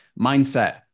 mindset